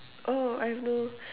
oh I've no